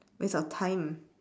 waste of time